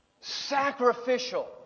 Sacrificial